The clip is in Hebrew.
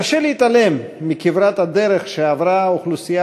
קשה להתעלם מכברת הדרך שעברה האוכלוסייה